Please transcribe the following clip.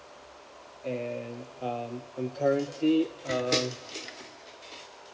and um I'm currently a